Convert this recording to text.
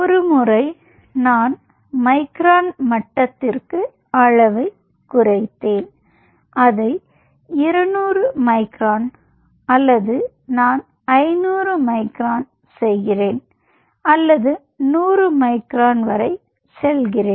ஒருமுறை நான் ஒரு மைக்ரான் மட்டத்திற்கு அளவைக் குறைத்தேன் அதை 200 மைக்ரான் அல்லது நான் 500 மைக்ரான் செய்கிறேன் அல்லது 100 மைக்ரான் செய்கிறேன்